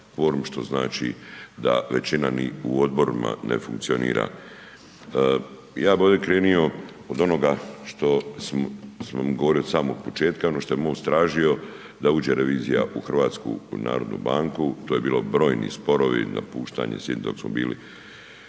što znači da većina u odborima ne funkcionira. Ja bi ovdje krenio od onoga što smo govorili od samog početka, ono što je MOST tražio da uđe revizija u HNB, to je bilo brojni sporovi, napuštanje sjednice dok smo bili